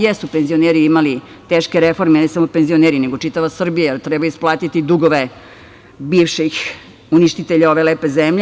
Jesu penzioneri imali teške reforme, ne samo penzioneri, nego čitava Srbija, treba isplatiti dugove bivših uništitelja ove lepe zemlje.